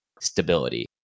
stability